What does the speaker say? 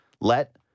let